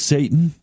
Satan